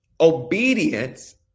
obedience